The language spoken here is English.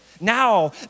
Now